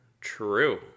true